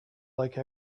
like